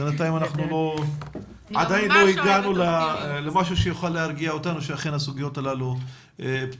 עדיין לא הגענו למשהו שיוכל להרגיע אותנו שאכן הסוגיות הללו פתורות.